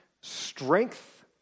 strength